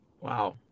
Wow